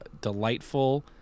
delightful